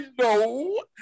No